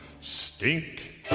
stink